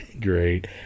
Great